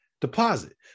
deposit